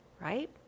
right